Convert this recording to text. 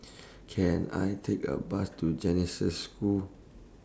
Can I Take A Bus to Genesis School